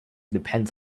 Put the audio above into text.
depends